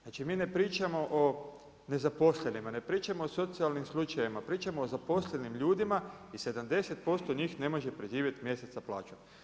Znači mi ne pričamo o nezaposlenima, ne pričamo o socijalnim slučajevima, pričamo o zaposlenim ljudima i 70% njih ne može preživjet mjesec sa plaćom.